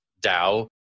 DAO